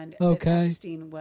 Okay